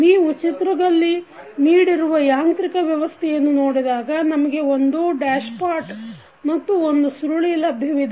ನೀವು ಚಿತ್ರದಲ್ಲಿ ನೀಡಿರುವ ಯಾಂತ್ರಿಕ ವ್ಯವಸ್ಥೆಯನ್ನು ನೋಡಿದಾಗ ನಮಗೆ ಒಂದು ಡ್ಯಾಶ್ಪಾಟ್ ಮತ್ತು ಒಂದು ಸುರುಳಿ ಲಭ್ಯವಿದೆ